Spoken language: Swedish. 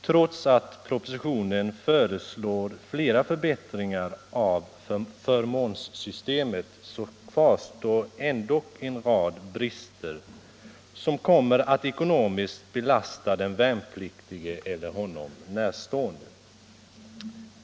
Trots att propositionen föreslår flera förbättringar av förmånssystemet kvarstår en rad brister, som kommer att ekonomiskt belasta den värnpliktige eller honom närstående.